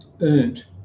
earned